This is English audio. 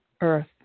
Earth